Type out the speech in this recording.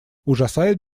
ужасает